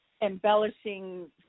embellishing